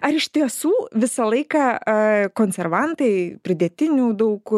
ar iš tiesų visą laiką konservantai pridėtinių daug